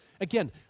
Again